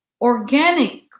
organic